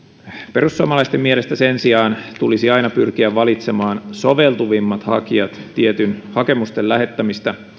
perussuomalaisten mielestä sen sijaan tulisi aina pyrkiä valitsemaan soveltuvimmat hakijat tietyn hakemusten lähettämistä